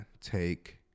take